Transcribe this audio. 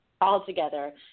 altogether